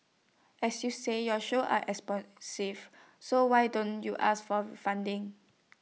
as you said your shows are expensive so why don't you ask for funding